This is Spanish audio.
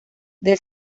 del